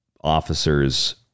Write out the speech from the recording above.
officers